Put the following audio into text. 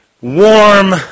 warm